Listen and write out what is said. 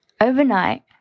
overnight